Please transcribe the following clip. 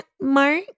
Mark